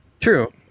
True